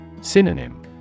Synonym